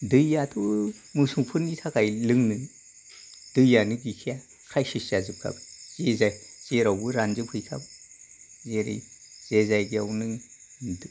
दैयाथ' मोसौफोरनि थाखाय लोंनो दैयानो गैखाया क्रायचिज जाजोबखाबाय जेरावबो रानजोबहैखाबाय जेरै जे जायगायाव नों